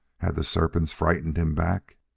had the serpents frightened him back?